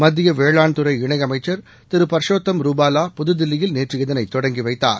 மத்திய வேளாண்துறை இணையமைச்சர் திரு பர்ஷோத்தம் ரூபாலா புதுதில்லியில் நேற்று இதனைத் தொடங்கி வைத்தார்